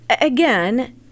again